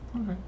Okay